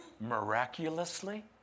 miraculously